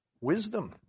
wisdom